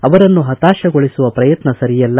ಅವರನ್ನು ಹತಾಶಗೊಳಿಸುವ ಪ್ರಯತ್ನ ಸರಿಯಲ್ಲ